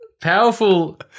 Powerful